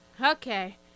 Okay